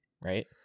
right